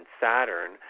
Saturn